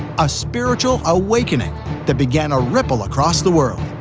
a spiritual awakening that began a ripple across the world,